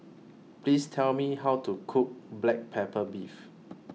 Please Tell Me How to Cook Black Pepper Beef